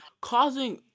causing